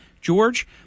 George